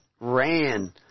ran